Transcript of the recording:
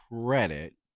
credit